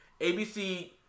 ABC